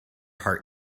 heart